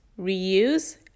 reuse